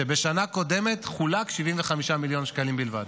כשבשנה קודמת חולקו 75 מיליון שקלים בלבד,